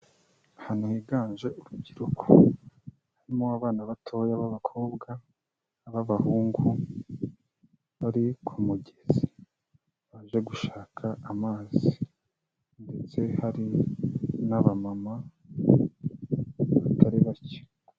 Ahantu higanje urubyiruko, harimo abana batoya b'abakobwa n'ab'abahungu, bari ku mugezi baje gushaka amazi. Ndetse hari abamama batari bake.